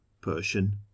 Persian